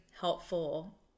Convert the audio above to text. helpful